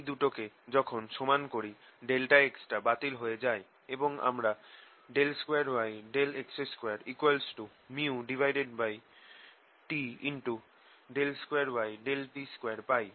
এই দুটোকে যখন সমান করি ∆x টা বাতিল হয়ে যায় এবং আমরা 2yx2 µT2yt2 পাই